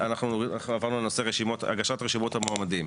אנחנו עברנו לנושא הגשת רשימות המועמדים.